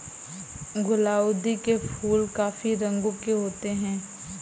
गुलाउदी के फूल काफी रंगों के होते हैं